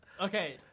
Okay